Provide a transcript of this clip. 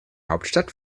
hauptstadt